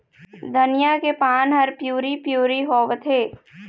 धनिया के पान हर पिवरी पीवरी होवथे?